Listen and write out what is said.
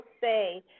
say –